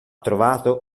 trovato